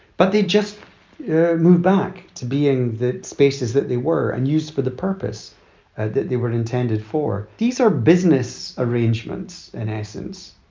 but they just moved back to being the spaces that they were and used for the purpose ah that they were intended for. these are business arrangements in essence,